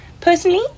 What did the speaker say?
personally